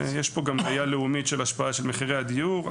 יש פה גם ראייה לאומית של ההשפעה של מחירי הדיור.